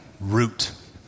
root